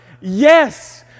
Yes